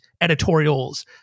editorials